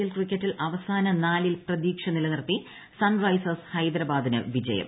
L ക്രിക്കറ്റിൽ അവസാന നാലിൽ പ്രതീക്ഷ നിലനിർത്തി സൺറൈസേഴ്സ് ഹൈദരാബാദിന് വിജയം